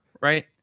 right